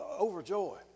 overjoy